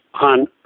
on